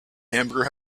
hamburger